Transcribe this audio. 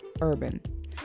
urban